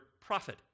profit